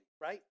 right